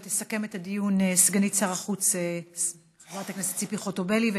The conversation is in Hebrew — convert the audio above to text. תסכם את הדיון סגנית שר החוץ חברת הכנסת ציפי חוטובלי,